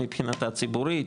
מבחינה ציבורית,